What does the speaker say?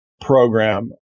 program